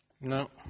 No